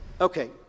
Okay